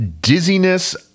Dizziness